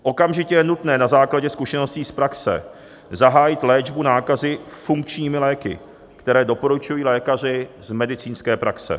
Okamžitě je nutné na základě zkušeností z praxe zahájit léčbu nákazy funkčními léky, které doporučují lékaři z medicínské praxe.